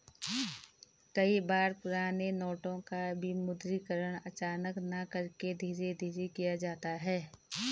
कई बार पुराने नोटों का विमुद्रीकरण अचानक न करके धीरे धीरे किया जाता है